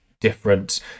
different